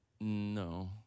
no